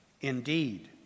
Indeed